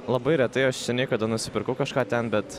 labai retai aš seniai kada nusipirkau kažką ten bet